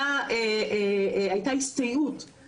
בקונסוליות שלנו הישראליות בחו"ל,